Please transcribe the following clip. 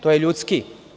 To je ljudski.